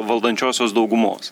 valdančiosios daugumos